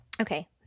Okay